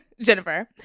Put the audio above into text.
Jennifer